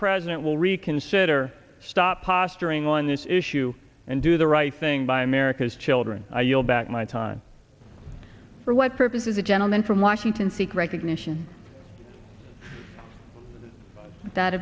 president will reconsider stop posturing on this issue and do the right thing by america's children i yield back my time for what purposes the gentleman from washington seek recognition that